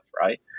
right